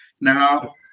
Now